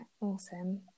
awesome